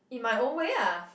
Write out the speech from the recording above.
in my own way ah